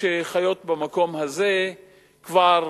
שחיות במקום הזה כבר